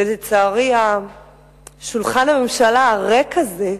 לצערי שולחן הממשלה הריק הזה,